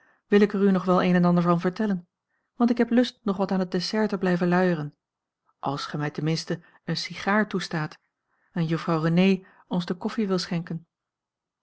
wil ik er u nog wel een en ander van vertellen want ik heb lust nog wat aan het dessert te blijven luieren als gij mij ten minste een sigaar toestaat en juffrouw renée ons de koffie wil schenken